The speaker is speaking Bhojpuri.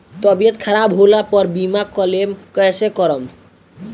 तबियत खराब होला पर बीमा क्लेम कैसे करम?